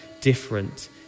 different